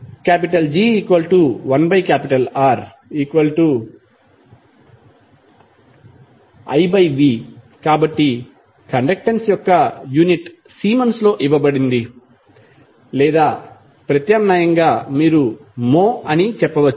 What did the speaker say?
G1Riv కాబట్టి conductance యొక్క unit సీమెన్స్లో ఇవ్వబడింది లేదా ప్రత్యామ్నాయంగా మీరు మో అని చెప్పవచ్చు